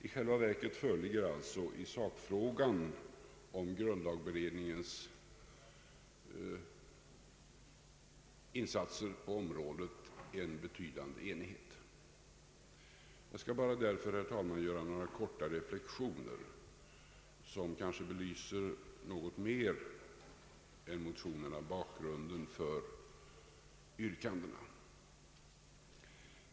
I själva verket föreligger alltså i sakfrågan om grundlagberedningens insatser på området en betydande enighet. Jag skall därför bara i korthet, herr talman, göra några reflexioner, som kanske något mer än motionerna belyser bakgrunden för yrkandena.